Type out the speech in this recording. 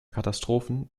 katastrophen